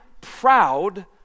proud